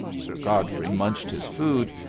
sir godfrey munched his food,